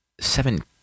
seven